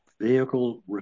vehicle